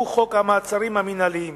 הוא חוק המעצרים המינהליים,